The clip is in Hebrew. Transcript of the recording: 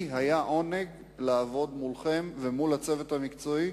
היה לי עונג לעבוד אתכם ועם הצוות המקצועי,